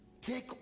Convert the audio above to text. take